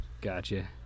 gotcha